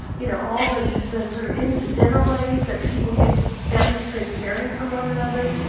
you know, all the the sort of incidental ways that people get to demonstrate caring for one another,